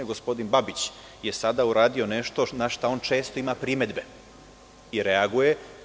Gospodin Babić je sada uradio nešto na šta on često ima primedbe i reaguje.